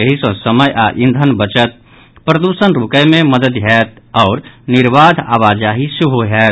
एहि सँ समय आ ईंधन बचत प्रद्षण राकय मे मददि होयत आओर निर्बाध आवाजाही सेहो होयत